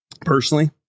Personally